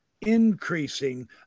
increasing